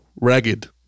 ragged